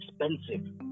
expensive